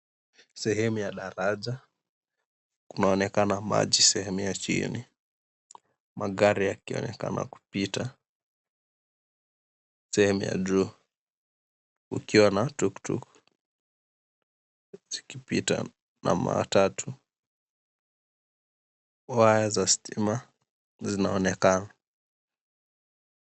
Sehemu ya daraja. Kunaonekana maji sehemu ya chini, magari yakionekana kupita sehemu ya juu, kukiwa na tuktuk zikipita na matatu. Waya za stima zinaonekana.